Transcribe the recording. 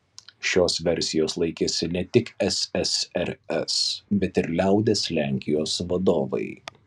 šios versijos laikėsi ne tik ssrs bet ir liaudies lenkijos vadovai